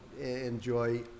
enjoy